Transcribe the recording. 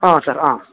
ಹಾಂ ಸರ್ ಆಂ